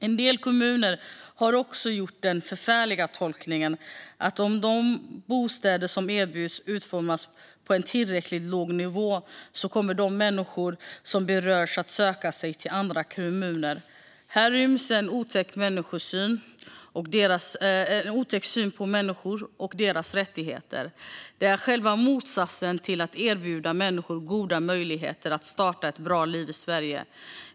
En del kommuner har också gjort den förfärliga tolkningen att om de bostäder som erbjuds utformas på en tillräckligt låg nivå kommer de människor som berörs att söka sig till andra kommuner. Här ryms en otäck syn på människor och deras rättigheter. Det är själva motsatsen till att erbjuda människor goda möjligheter att starta ett bra liv i Sverige.